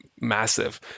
massive